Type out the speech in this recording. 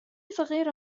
صغير